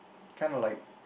kind of like